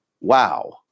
wow